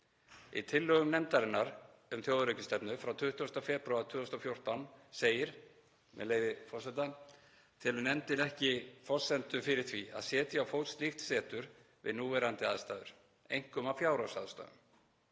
Í tillögum nefndarinnar um þjóðaröryggisstefnu frá 20. febrúar 2014 segir, með leyfi forseta: „Telur nefndin ekki forsendur fyrir því að setja á fót slíkt setur við núverandi aðstæður, einkum af fjárhagsástæðum.